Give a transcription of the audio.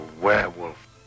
werewolf